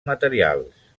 materials